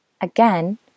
Again